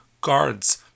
guards